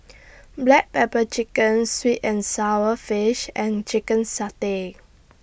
Black Pepper Chicken Sweet and Sour Fish and Chicken Satay